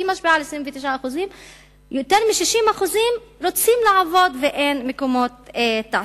היא משפיעה על 29%. יותר מ-60% רוצים לעבוד ואין מקומות תעסוקה.